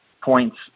points